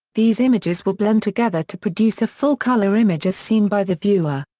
these images will blend together to produce a full color image as seen by the viewer.